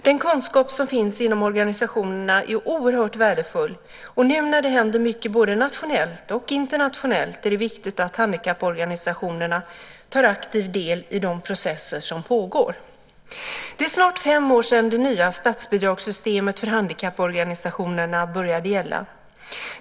Den kunskap som finns inom organisationerna är oerhört värdefull och nu när det händer mycket både nationellt och internationellt är det viktigt att handikapporganisationerna tar aktiv del i de processer som pågår. Det är snart fem år sedan som det nya statsbidragssystemet för handikapporganisationerna började gälla.